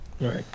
right